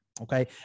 Okay